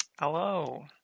hello